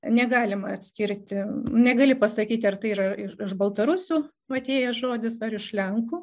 negalima atskirti negali pasakyti ar tai yra iš iš baltarusių atėjęs žodis ar iš lenkų